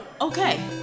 okay